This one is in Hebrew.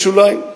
יש שוליים,